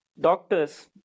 doctors